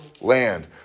land